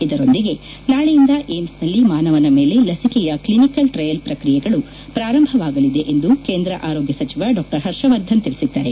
ಇದರೊಂದಿಗೆ ನಾಳೆಯಿಂದ ಏಮ್ಸ್ನಲ್ಲಿ ಮಾನವನ ಮೇಲೆ ಲಸಿಕೆಯ ಕ್ಲಿನಿಕಲ್ ಟ್ರಯಲ್ ಪ್ರಕ್ರಿಯೆಗಳು ಪ್ರಾರಂಭವಾಗಲಿದೆ ಎಂದು ಕೇಂದ್ರ ಆರೋಗ್ಯ ಸಚಿವ ಡಾ ಹರ್ಷವರ್ಧನ್ ತಿಳಿಸಿದ್ದಾರೆ